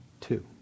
two